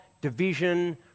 division